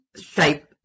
shape